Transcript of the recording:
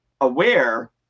aware